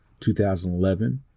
2011